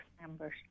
members